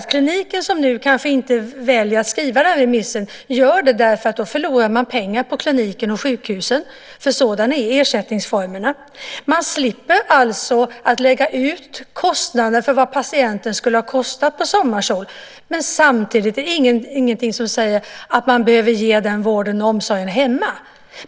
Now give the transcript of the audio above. Kliniken som nu kanske väljer att inte skriva den här remissen gör detta därför att man då förlorar pengar på kliniken eller sjukhuset, för sådana är ersättningsformerna. Man slipper alltså lägga ut för vad patienten skulle ha kostat på Sommarsol, men samtidigt är det ingenting som säger att man behöver ge den vården och omsorgen hemma.